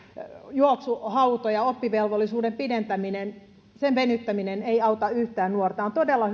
juoksuhautoja oppivelvollisuuden pidentäminen sen venyttäminen ei auta yhtään nuorta on todella